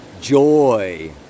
joy